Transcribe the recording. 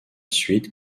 suite